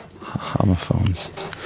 Homophones